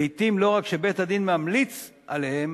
לעתים, לא רק שבית-הדין ממליץ עליהם